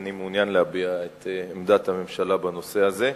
אני מעוניין להביע את עמדת הממשלה בנושא הזה.